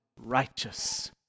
righteous